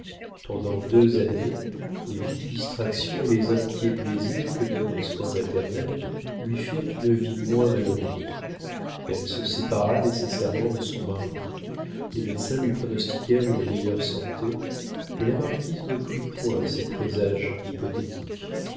pendant deux années les vives distractions et les inquiets plaisirs que donnent les soins maternels lui firent une vie moins malheureuse elle se sépara nécessairement de son mari les médecins lui pronostiquèrent une meilleure santé mais la marquise ne crut point à ces présages hypothétiques